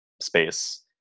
space